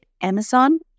Amazon